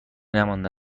نمانده